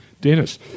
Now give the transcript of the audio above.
Dennis